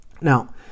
Now